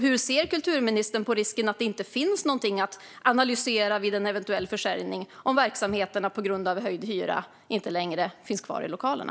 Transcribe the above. Hur ser kulturministern på risken att det inte finns någonting att analysera vid en eventuell försäljning om verksamheterna på grund av höjd hyra inte längre finns kvar i lokalerna?